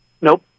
Nope